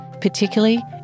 particularly